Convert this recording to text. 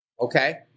okay